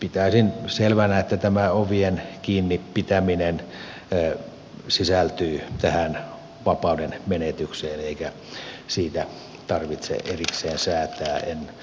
pitäisin selvänä että tämä ovien kiinni pitäminen sisältyy tähän vapauden menetykseen eikä siitä tarvitse erikseen säätää